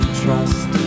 trust